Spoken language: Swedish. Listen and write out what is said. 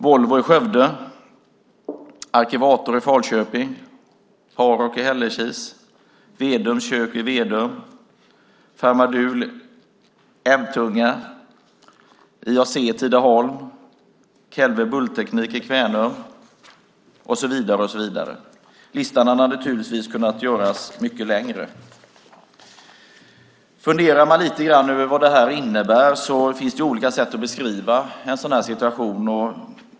Volvo i Skövde, Arkivator i Falköping, Paroc i Hällekis, Vedum Kök och Bad i Vedum, Pharmadule Emtunga, IAC i Tidaholm, Kellve Bulkteknik i Kvänum och så vidare. Listan hade naturligtvis kunnat göras mycket längre. Funderar man lite grann över vad det här innebär finns det olika sätt att beskriva en sådan här situation.